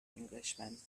englishman